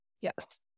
Yes